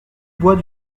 bois